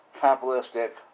capitalistic